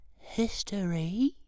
history